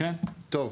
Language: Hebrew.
טוב.